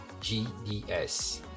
GDS